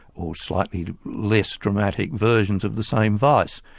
or slightly less dramatic versions of the same vice.